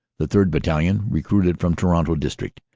the third. battalion, recruited from toronto district,